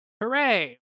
Hooray